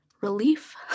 relief